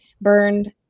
burned